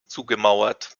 zugemauert